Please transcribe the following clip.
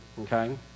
okay